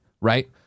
right